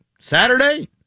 Saturday